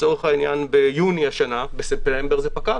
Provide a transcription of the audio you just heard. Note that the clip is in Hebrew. לצורך העניין ביוני השנה, בספטמבר זה פקע.